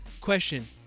question